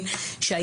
שיש לזה נזק נפשי,